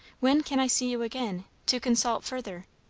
when can i see you again, to consult further?